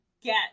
get